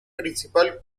principal